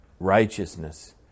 Righteousness